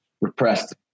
repressed